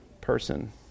person